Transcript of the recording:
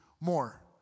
more